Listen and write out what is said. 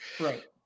Right